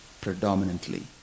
predominantly